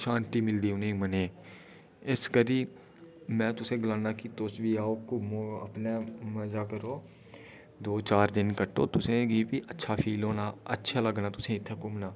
शांति मिलदी उ'नें ई मनै ई इस करी में तुसें ई गलाना कि तुस बी आओ घुम्मो अपने मजा करो दो चार दिन कट्टो तुसें गी बी अच्छा फील होना अच्छा लगना तुसेंई इत्थै घुमना